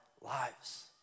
lives